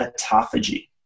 autophagy